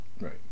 Right